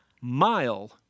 Mile